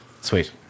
Sweet